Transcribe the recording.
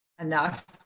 enough